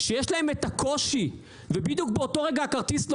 שיש להם את הקושי ובדיוק באותו רגע הכרטיס לא